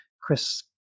Chris